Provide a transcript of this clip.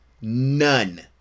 none